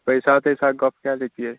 पैसा तैसाक गप्प कय लेतियै